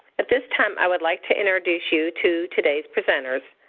at this time, i would like to introduce you to today's presenters,